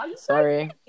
Sorry